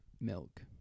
Milk